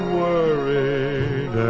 worried